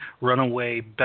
runaway